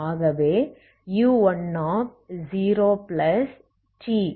ஆகவே u10t